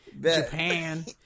Japan